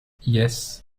yes